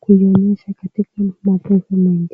kuionyesha katika mapezo mengi.